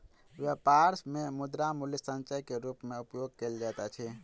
व्यापार मे मुद्रा मूल्य संचय के रूप मे उपयोग कयल जाइत अछि